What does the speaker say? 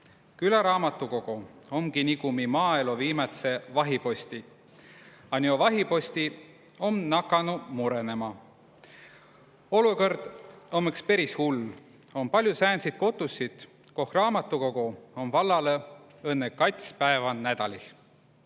Külaraamatukogo' omgi nigu mi maaelo viimädse vahiposti, a njoo vahiposti' on nakanu murõnõma. Olukõrd om õks peris hull. Om pallo säänsit kotussit, koh raamadukogo om vallalõ õnnõ kats päiva nädalih.